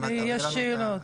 יש הערות?